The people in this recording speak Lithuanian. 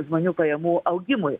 monių pajamų augimui